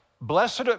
blessed